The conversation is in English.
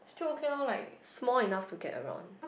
still okay loh like small enough to get around